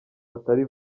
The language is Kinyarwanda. atari